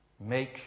Make